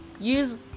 Use